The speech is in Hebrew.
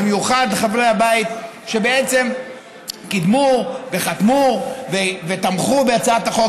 במיוחד חברי הבית שבעצם קידמו וחתמו ותמכו בהצעת החוק